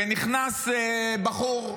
ונכנס בחור.